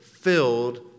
filled